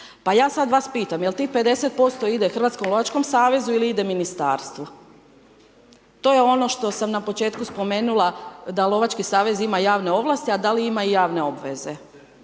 Pa ja sad vas pitam, je li tih 50% Hrvatskom lovačkom savezu ili ide ministarstvu? To je ono što sam na početku spomenula da lovački savez ima javne ovlasti a da li ima i javne obveze.